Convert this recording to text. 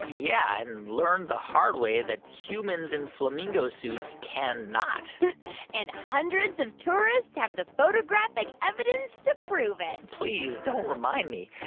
yeah, and learned the hard way that humans in flamingo suits can not and hundreds of tourists have the photographic evidence to prove it please, don't remind me.